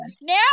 Now